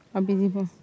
unbelievable